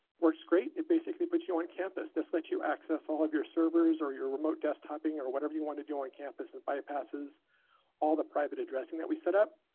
works great. it basically puts you on campus. this lets you access all of your servers or your remote desk topping or whatever you want to do on campus that bypasses all the private addressing that we set up.